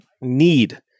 need